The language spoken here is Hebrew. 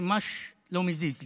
זה ממש לא מזיז לי.